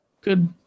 good